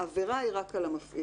העבירה היא רק על המפעיל.